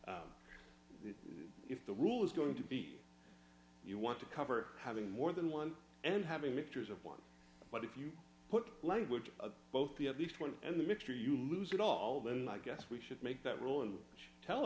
answer if the rule is going to be you want to cover having more than one and having mixtures of one but if you put language of both the at least one and the mixture you lose it all then i guess we should make that rule and tell